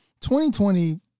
2020